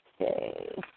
Okay